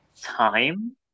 time